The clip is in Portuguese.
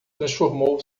transformou